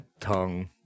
tongue